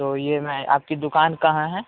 تو یہ میں آپ کی دکان کہاں ہے